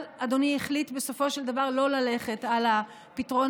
אבל אדוני החליט בסופו של דבר לא ללכת על הפתרון